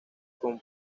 con